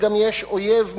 בלי ספק יש גם אויב מנגד,